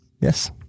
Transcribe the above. Yes